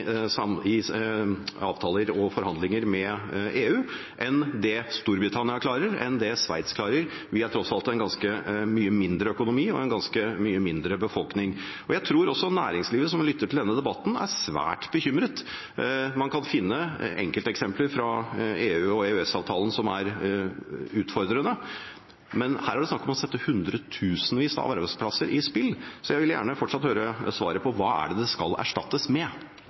avtaler og forhandlinger med EU enn det Storbritannia klarer, enn det Sveits klarer? Vi er tross alt en ganske mye mindre økonomi og en ganske mye mindre befolkning. Jeg tror også næringslivet, som lytter til denne debatten, er svært bekymret. Man kan finne enkelteksempler fra EU og EØS-avtalen som er utfordrende, men her er det snakk om å sette hundretusenvis av arbeidsplasser i spill. Så jeg vil gjerne fortsatt høre svaret på hva det er det skal erstattes med.